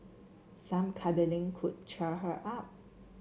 some cuddling could cheer her up